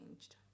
changed